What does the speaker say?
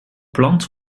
plant